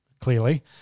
clearly